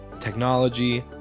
technology